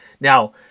Now